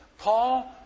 Paul